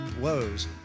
woes